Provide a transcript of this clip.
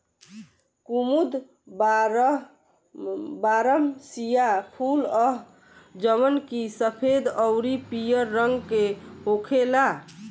कुमुद बारहमसीया फूल ह जवन की सफेद अउरी पियर रंग के होखेला